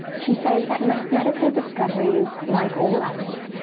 she says that mathematical discoveries, like all others,